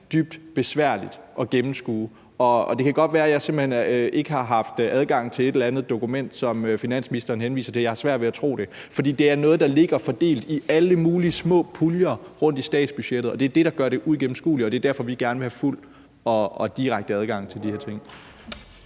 dybt besværligt at gennemskue. Og det kan godt være, at jeg ikke har haft adgang til et eller andet dokument, som finansministeren henviser til, men jeg har svært ved at tro det. For det er noget, der ligger fordelt i alle mulige små puljer rundtomkring i statsbudgettet, og det, der gør det uigennemskueligt, og det er derfor, vi gerne vil have fuld og direkte adgang til de her ting.